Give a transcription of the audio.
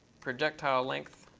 projectile length,